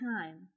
time